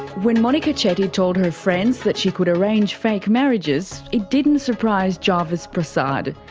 when monika chetty told her friends that she could arrange fake marriages, it didn't surprise jarvis prasad.